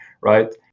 right